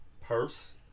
purse